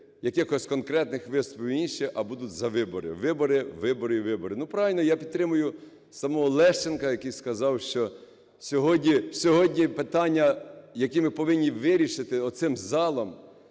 якихось конкретних виступів і інше, а будуть за вибори. Вибори, вибори, вибори. Ну, правильно, я підтримую самого Лещенка, який сказав, що сьогодні питання, які ми повинні вирішити оцим залом,